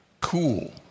cool